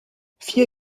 vier